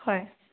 হয়